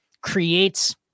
creates